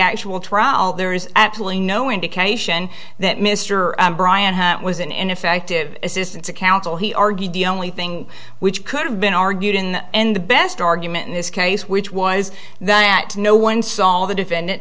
actual trial there is absolutely no indication that mr bryant was an ineffective assistance of counsel he argued the only thing which could have been argued in the end the best argument in this case which was that no one saw the defendant